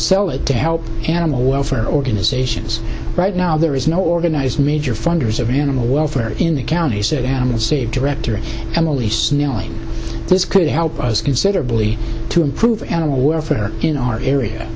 sell it to help animal welfare organizations right now there is no organ it's major funders of animal welfare in the county said i am a state director emily snow this could help us considerably to improve animal welfare in our area